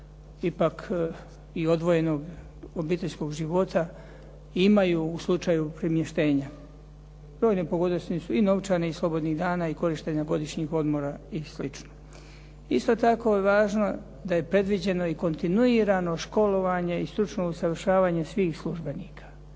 ipak i odvojenog obiteljskog života imaju u slučaju premještenja. Brojne pogodnosti su i novčane i slobodnih dana i korištenja godišnjih odmora i slično. Isto tako je važno da je predviđeno i kontinuirano školovanje i stručno usavršavanje svih službenika.